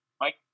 Mike